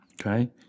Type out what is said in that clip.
okay